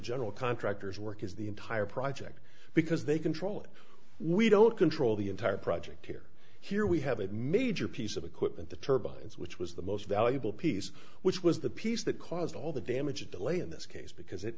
general contractors work is the entire project because they control it we don't control the entire project here here we have a major piece of equipment the turbines which was the most valuable piece which was the piece that caused all the damage a delay in this case because it